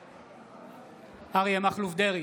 בעד אריה מכלוף דרעי,